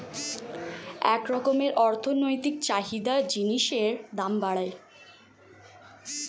এক রকমের অর্থনৈতিক চাহিদা জিনিসের দাম বাড়ায়